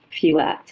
fewer